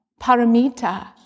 Paramita